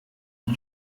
die